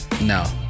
no